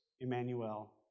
Emmanuel